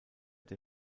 der